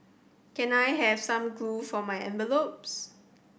can I have some glue for my envelopes